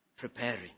preparing